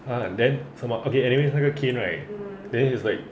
!huh! then 什么 okay anyway 那个 cain right then is like